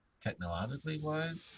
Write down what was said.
technologically-wise